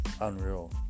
unreal